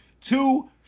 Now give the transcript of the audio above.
two